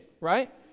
right